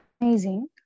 amazing